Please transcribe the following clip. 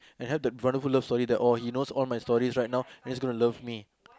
and had the wonderful love story oh he knows all my stories right now and he's going to love me